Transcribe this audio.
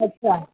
अछा